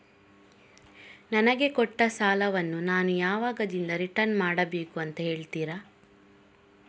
ನನಗೆ ಕೊಟ್ಟ ಸಾಲವನ್ನು ನಾನು ಯಾವಾಗದಿಂದ ರಿಟರ್ನ್ ಮಾಡಬೇಕು ಅಂತ ಹೇಳ್ತೀರಾ?